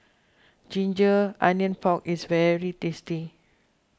Ginger Onions Pork is very tasty